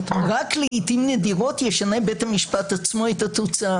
רק לעיתים נדירות ישנה בית המשפט עצמו את התוצאה.